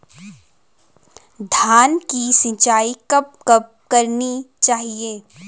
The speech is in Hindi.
धान की सिंचाईं कब कब करनी चाहिये?